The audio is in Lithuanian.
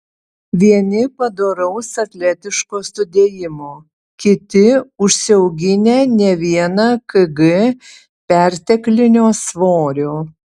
vieni padoraus atletiško sudėjimo kiti užsiauginę ne vieną kg perteklinio svorio